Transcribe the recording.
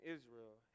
Israel